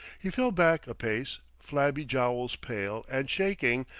he fell back a pace, flabby jowls pale and shaking,